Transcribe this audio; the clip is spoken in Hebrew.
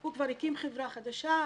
הוא כבר הקים חברה חדשה,